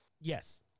Yes